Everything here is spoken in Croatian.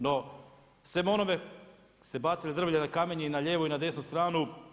No, sem onome, ste bacili drvlje i kamenje i na lijevu i na desnu stranu.